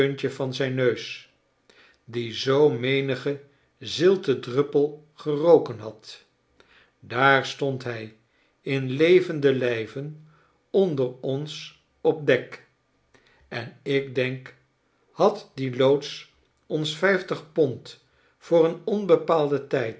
van zijn neus die zoo menigen zilten druppel geroken had daar stond hij in levenden lijven onder ons op dek en ik denk had die loods ons vijftig pond voor een onbepaalden tijd